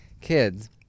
kids